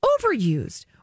overused